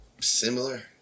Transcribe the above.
similar